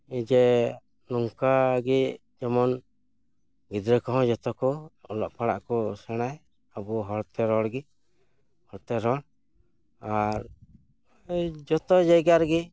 ᱡᱮ ᱱᱚᱝᱠᱟᱜᱮ ᱡᱮᱢᱚᱱ ᱜᱤᱫᱽᱨᱟᱹ ᱠᱚᱦᱚᱸ ᱡᱚᱛᱚ ᱠᱚ ᱚᱞᱚᱜ ᱯᱟᱲᱦᱟᱜ ᱠᱚ ᱥᱮᱬᱟᱭ ᱟᱵᱚ ᱦᱚᱲᱛᱮ ᱨᱚᱲᱜᱮ ᱦᱚᱲᱛᱮ ᱨᱚᱲ ᱟᱨ ᱮᱭ ᱡᱚᱛᱚ ᱡᱟᱭᱜᱟ ᱨᱮᱜᱮ